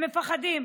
הם מפחדים.